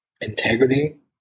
integrity